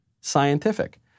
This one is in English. scientific